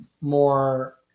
more